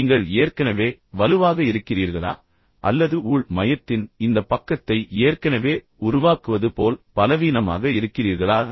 நீங்கள் ஏற்கனவே வலுவாக இருக்கிறீர்களா அல்லது உள் மையத்தின் இந்த பக்கத்தை ஏற்கனவே உருவாக்குவது போல் பலவீனமாக இருக்கிறீர்களா